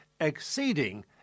exceeding